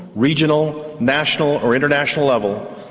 regional, national or international level,